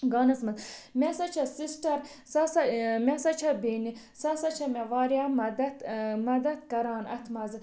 گانَس منٛز مےٚ ہسا چھِ سِسٹَر سۄ ہسا ٲں مےٚ ہسا چھِ بیٚنہِ سۄ ہسا چھِ مےٚ واریاہ مدد ٲں مدد کران اَتھ منٛزٕ